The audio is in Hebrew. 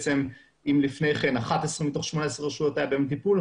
אם לפני כן ב-11 מתוך 18 רשויות היה טיפול,